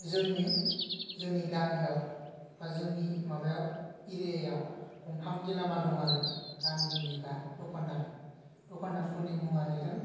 जोंनि जोंनि गामियाव बा जोंनि माबायाव एरियायाव गंथाम गेलामाल दं आरो गामिनिनोखा दखानदार दखानदारफोरनि मुङानो जाहैदों